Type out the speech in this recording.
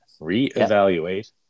reevaluate